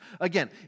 Again